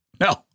No